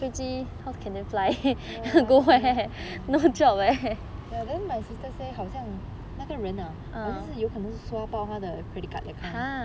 yea then my sister say 那个人好像有可能刷爆他的 credit card that kind